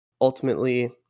ultimately